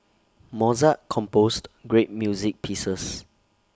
Mozart composed great music pieces